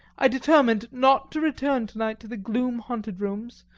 i determined not to return to-night to the gloom-haunted rooms,